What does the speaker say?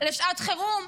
לשעת חירום,